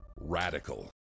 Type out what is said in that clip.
radical